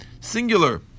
singular